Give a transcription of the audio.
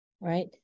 right